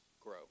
grow